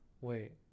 Wait